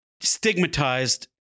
stigmatized